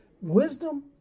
wisdom